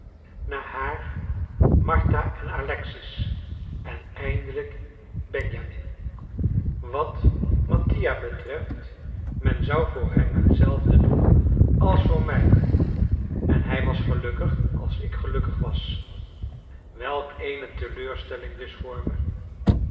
na haar martha en alexis en eindelijk benjamin wat mattia betreft men zou voor hem hetzelfde doen als voor mij en hij was gelukkig als ik gelukkig was welk eene teleurstelling dus voor me